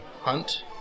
hunt